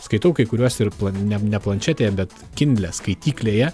skaitau kai kuriuos ir planiniam ne planšetėje bet kindle skaityklėje